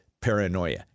paranoia